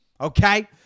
Okay